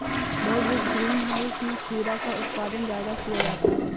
बहुभुज greenhouse में खीरा का उत्पादन ज्यादा किया जाता है